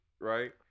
right